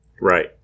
Right